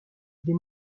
des